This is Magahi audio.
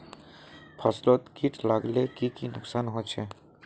फसलोत किट लगाले की की नुकसान होचए?